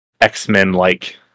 X-Men-like